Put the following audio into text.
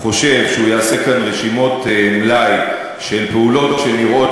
מי שחושב שהוא יעשה כאן רשימות מלאי של פעולות שנראות